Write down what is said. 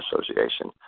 association